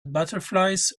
butterflies